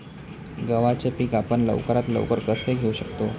गव्हाचे पीक आपण लवकरात लवकर कसे घेऊ शकतो?